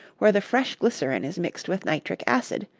where the fresh glycerin is mixed with nitric acid,